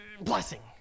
Blessing